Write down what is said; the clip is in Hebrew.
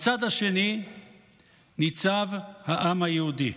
מהצד השני ניצב העם היהודי.